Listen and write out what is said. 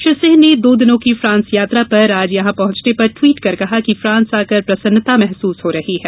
श्री सिंह ने दो दिनों की फ्रांस यात्रा पर आज यहां पहुंचने पर ट्वीट कर कहा कि फ्रांस आकर प्रसन्नता महसूस हो रही है